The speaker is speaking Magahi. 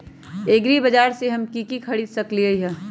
एग्रीबाजार से हम की की खरीद सकलियै ह?